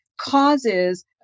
causes